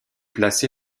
placé